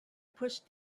pushed